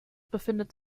befindet